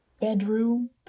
bedroom